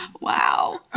Wow